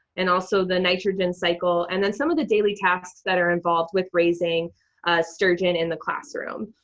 and also the nitrogen cycle. and then some of the daily tasks that are involved with raising sturgeon in the classroom.